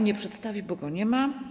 Nie przedstawi, bo go nie ma.